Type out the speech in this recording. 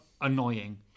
annoying